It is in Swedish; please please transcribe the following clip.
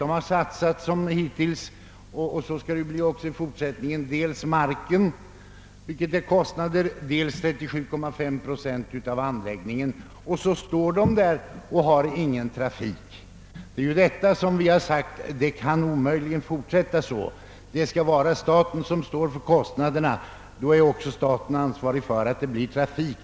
De har ansett sig böra satsa dels marken, vilket inneburit en stor kostnad, dels 37,5 procent av anläggningen och nu står de inför det faktum att de inte har någon trafik. Det kan omöjligen fortsätta på det sättet. Om staten står för kostnaderna är staten också ansvarig för att det blir trafik.